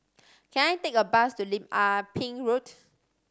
can I take a bus to Lim Ah Pin Road